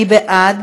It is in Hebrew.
מי בעד?